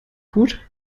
gut